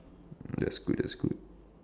that's good that's good